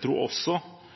god